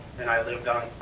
and i lived